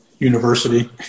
university